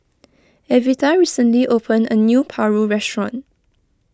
Evita recently opened a new Paru restaurant